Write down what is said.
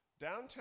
Downtown